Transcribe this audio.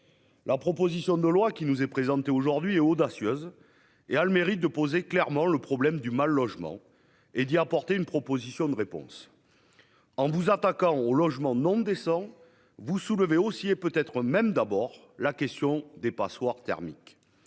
La proposition de loi qui nous est présentée aujourd'hui est audacieuse. Elle a le mérite de poser clairement le problème du mal-logement et d'y apporter des éléments de réponse. En vous attaquant aux logements non décents, vous soulevez aussi, et peut-être même surtout, la question des passoires thermiques.